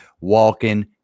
walking